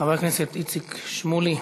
חבר הכנסת איציק שמולי.